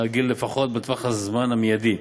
לפחות בטווח הזמן המיידי,